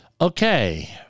Okay